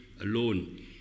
alone